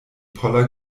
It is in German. poller